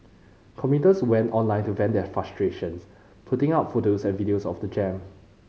commuters went online to vent their frustrations putting up photos and videos of the jam